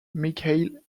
mikhail